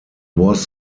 was